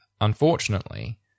Unfortunately